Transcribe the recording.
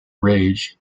rage